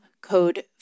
code